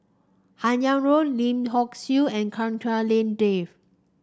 Han Yong Road Lim Hock Siew and Chua Hak Lien Dave